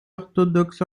orthodoxes